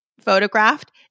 Photographed